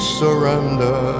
surrender